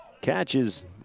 Catches